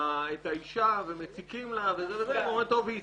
האישה ומציקים לה, ואומרים, טוב, היא הסכימה.